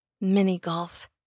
Mini-golf